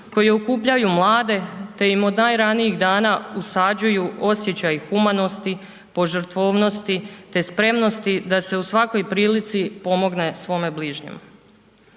koji okupljaju mlade, te im od najranijih dana usađuju osjećaj humanosti, požrtvovnosti, te spremnosti da se u svakoj prilici pomogne svome bližnjem.